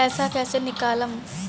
पैसा कैसे निकालम?